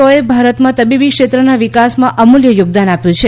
રોથે ભારતમાં તબીબી ક્ષેત્રના વિકાસમાં અમુલ્ય યોગદાન આપ્યું છે